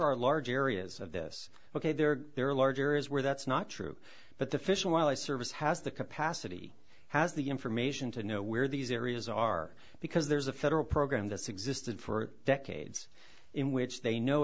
are large areas of this ok there are large areas where that's not true but the fish and wildlife service has the capacity has the information to know where these areas are because there's a federal program that's existed for decades in which they know